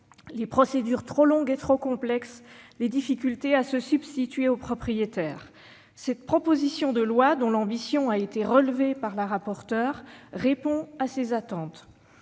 les procédures trop longues et trop complexes, les difficultés à se substituer aux propriétaires ... La présente proposition de loi, dont l'ambition a été relevée par Mme le rapporteur, répond à toutes ces attentes.